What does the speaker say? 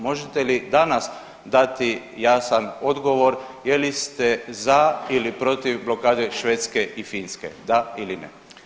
Možete li danas dati jasan odgovor, je li ste za ili protiv blokade Švedske i Finske, da ili ne?